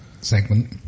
segment